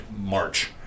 March